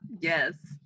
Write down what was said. Yes